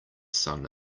sun